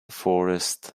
forest